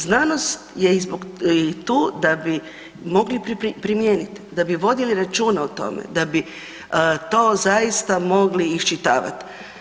Znanost je tu da bi je mogli primijeniti, da bi vodili računa o tome, da bi to zaista mogli iščitavat.